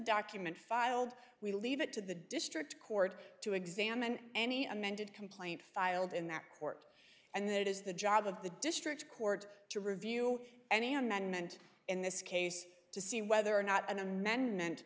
document filed we leave it to the district court to examined any amended complaint filed in that court and that is the job of the district court to review any amendment in this case to see whether or not an amendment